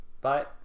bye